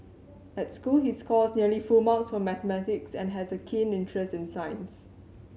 at school he scores nearly full marks for mathematics and has a keen interest in science